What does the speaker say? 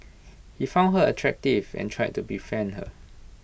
he found her attractive and tried to befriend her